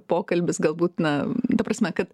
pokalbis galbūt na ta prasme kad